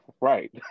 Right